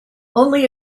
only